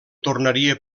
tornaria